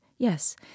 Yes